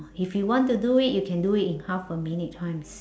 if you want to do it you can do it in half a minute time